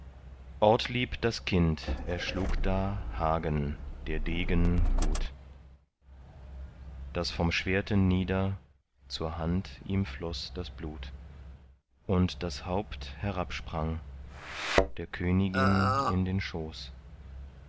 ortlieb das kind erschlug da hagen der degen gut daß vom schwerte nieder zur hand ihm floß das blut und das haupt herabsprang der königin in den schoß